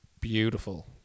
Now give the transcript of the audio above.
beautiful